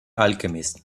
alchemist